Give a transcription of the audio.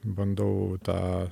bandau tą